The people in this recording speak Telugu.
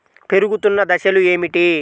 పెరుగుతున్న దశలు ఏమిటి?